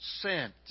sent